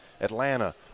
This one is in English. Atlanta